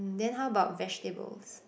mm then how about vegetables